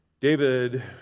David